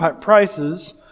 prices